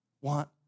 want